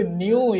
new